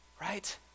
right